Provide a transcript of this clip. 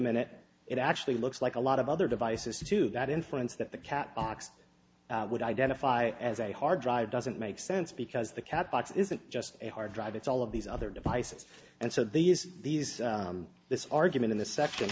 minute it actually looks like a lot of other devices to that inference that the cat box would identify as a hard drive doesn't make sense because the cat box isn't just a hard drive it's all of these other devices and so these these this argument in the sec